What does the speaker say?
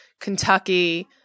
Kentucky